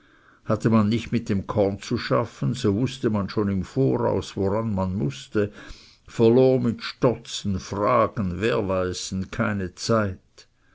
hatte man nicht mit dem korn zu schaffen so wußte man schon im voraus woran man mußte verlor mit stotzen fragen werweisen keine zeit